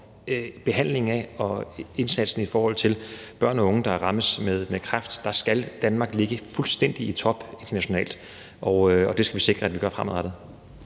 om behandlingen af og indsatsen i forhold til børn og unge, der rammes af kræft. Der skal Danmark internationalt ligge fuldstændig i top, og det skal vi sikre at vi gør fremadrettet.